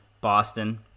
Boston